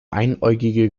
einäugige